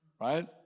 right